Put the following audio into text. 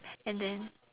and then